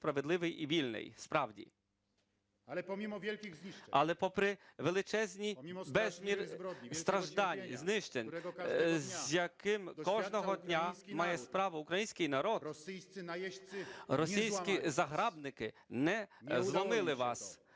Але попри величезний безмір страждань, знищень, з яким кожного дня має справу український народ, російські загарбники не зломили вас,